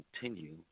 continue